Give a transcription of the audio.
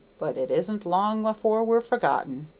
but it isn't long afore we're forgotten.